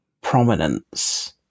prominence